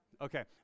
okay